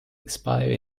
expire